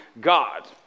God